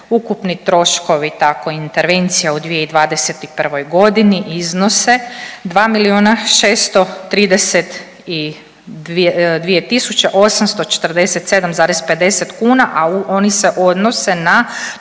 Ukupni troškovi tako intervencija u 2021. godini iznose 2 milijuna 632 tisuće 847,50 kuna, a oni se odnose na